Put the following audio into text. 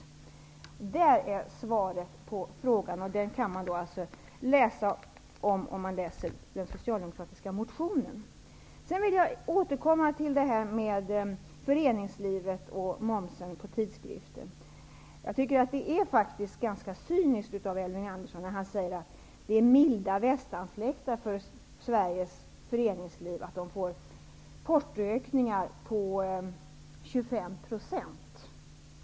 Det är svaret på frågan, och det kan man läsa om i den socialdemokratiska motionen. Jag vill återkomma till föreningslivet och momsen på tidskrifter. Det är ganska cyniskt av Elving Andersson att säga att det är milda västanfläktar för Sveriges föreningsliv att det får portoökningar om 25 %.